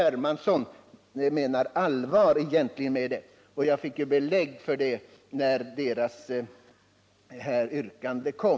Hermansson egentligen menar allvar med det, och jag fick belägg för den uppfattningen när vpk:s yrkande lades fram.